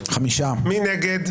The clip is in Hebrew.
מי נגד?